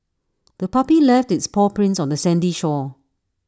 the puppy left its paw prints on the sandy shore